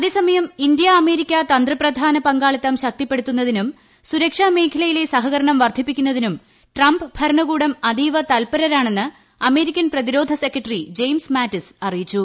അതേസമയം India America തന്ത്രപ്രധാന പങ്കാളിത്തം ശക്തിപ്പെടുത്തുന്നതിനും സുരക്ഷാ മേഖലയിലെ സഹകരണം വർദ്ധിപ്പിക്കുന്നതിനും ട്രംപ് ഭരണകൂടം അതീവ തൽപരരാണെന്ന് അമേരിക്കൻ പ്രതിരോധ സെക്രട്ടറി ജെയിംസ് മാറ്റിസ് അറിയിച്ചു